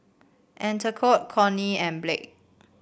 Anatole Kortney and Blake